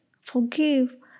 forgive